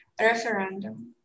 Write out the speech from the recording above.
Referendum